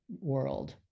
world